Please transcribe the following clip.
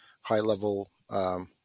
high-level